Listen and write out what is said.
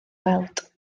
weld